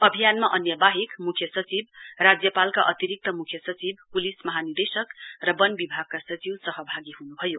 अभियानमा अन्य वाहेक मुख्य सचिव राज्यपालका अतिरिक्त मुख्य सचिव पुलिस महानिदेशक र वन विभगका सचिव सहभागी हुनु भयो